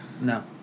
No